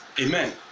Amen